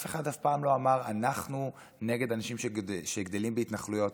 אף אחד אף פעם לא אמר: אנחנו נגד אנשים שגדלים בהתנחלויות,